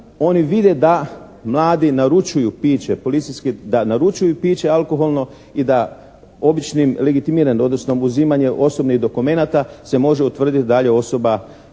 oni vide da mladi naručuju piće, policijski, da naručuju piće alkoholno i da običnim legitimiranjem, odnosno uzimanjem osobnih dokumenata se može utvrditi da li je osoba